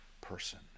person